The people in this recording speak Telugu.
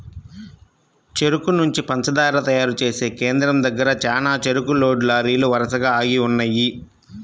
చెరుకు నుంచి పంచదార తయారు చేసే కేంద్రం దగ్గర చానా చెరుకు లోడ్ లారీలు వరసగా ఆగి ఉన్నయ్యి